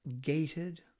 gated